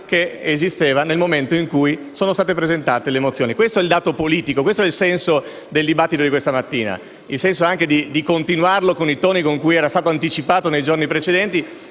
che esisteva nel momento in cui sono state presentate le mozioni. Questo è il dato politico e questo è il senso del dibattito di questa mattina ed è questo il motivo per cui è opportuno non continuarlo nei toni con cui era stato anticipato nei giorni precedenti